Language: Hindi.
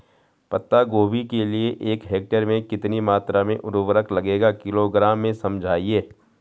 पत्ता गोभी के लिए एक हेक्टेयर में कितनी मात्रा में उर्वरक लगेगा किलोग्राम में समझाइए?